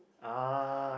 uh